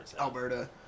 Alberta